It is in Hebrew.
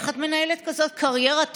איך את מנהלת כזאת קריירה תובענית,